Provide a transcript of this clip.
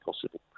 possible